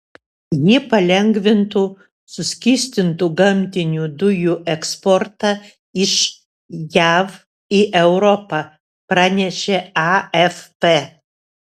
ji palengvintų suskystintų gamtinių dujų eksportą iš jav į europą pranešė afp